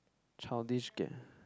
childish kia